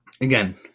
again